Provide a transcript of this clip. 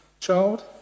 child